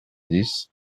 dix